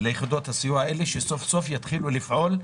ליחידות הסיוע האלה כדי שסוף סוף יתחילו לפעול?